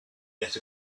yet